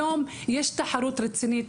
היום יש תחרות רצינית,